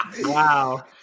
Wow